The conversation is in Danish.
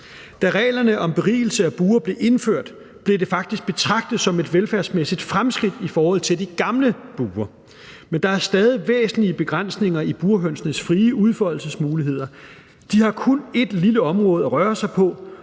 Da reglerne om berigede bure blev indført, blev det faktisk betragtet som et velfærdsmæssigt fremskridt i forhold til de gamle bure. Men der er stadig væsentlige begrænsninger i burhønernes frie udfoldelsesmuligheder. De har kun et lille område at røre sig på,